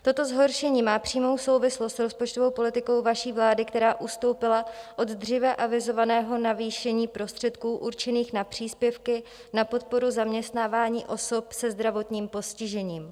Toto zhoršení má přímou souvislost s rozpočtovou politikou vaší vlády, která ustoupila od dříve avizovaného navýšení prostředků určených na příspěvky na podporu zaměstnávání osob se zdravotním postižením.